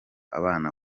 abana